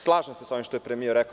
Slažem se sa ovim što je premijer rekao.